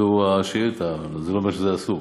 זו השאילתה, זה לא אומר שזה אסור.